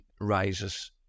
rises